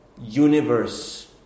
universe